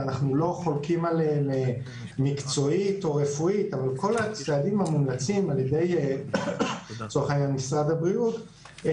ואנחנו לא חולקים עליהם מקצועית או רפואית על ידי משרד הבריאות,